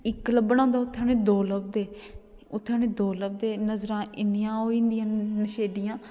इक लब्भना होंदा उत्थै उनेंगी दो लब्भदे उत्थै उ'नेंगी दो लभदे नजरां इन्नियां ओह् होई जंदिया नशे दियां